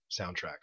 soundtrack